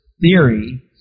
theory